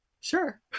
Sure